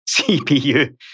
CPU